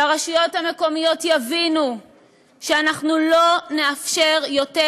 שהרשויות המקומיות יבינו שאנחנו לא נאפשר יותר